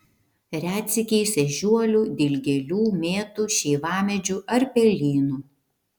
retsykiais ežiuolių dilgėlių mėtų šeivamedžių ar pelynų